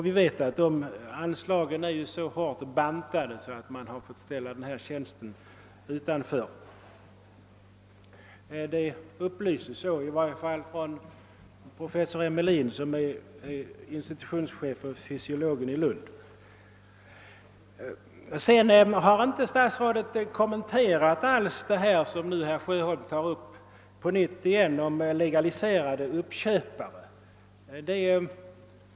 Vi vet att anslagen är så hårt bantade och därför har man fått ställa den tjänst som det här gäller utanför — den upplysningen har i alla fall lämnats av professor Emmelin, som är chef för fysiologiska institutionen vid Lunds universitet. Statsrådet har inte alls kommenterat detta om legaliserade uppköpare som herr Sjöholm nu tog upp på nytt.